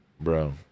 bro